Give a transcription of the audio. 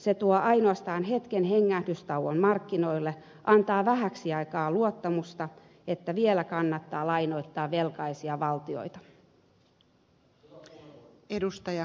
se tuo ainoastaan hetken hengähdystauon markkinoille antaa vähäksi aikaa luottamusta että vielä kannattaa lainoittaa velkaisia valtioita